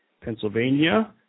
Pennsylvania